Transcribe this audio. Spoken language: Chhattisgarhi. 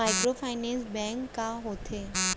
माइक्रोफाइनेंस बैंक का होथे?